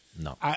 No